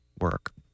work